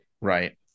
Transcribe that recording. Right